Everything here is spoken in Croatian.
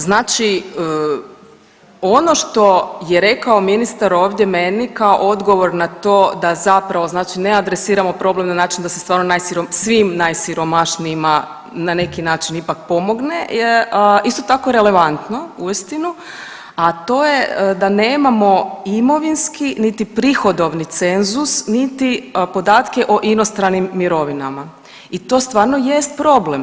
Znači ono što je rekao ministar ovdje meni kao odgovor na to da zapravo ne adresiramo problem na način da se stvarno svim najsiromašnijima na neki način ipak pomogne je isto tako relevantno uistinu, a to je da nemamo imovinski niti prihodovni cenzus niti podatke o inostranim mirovinama i to stvarno jest problem.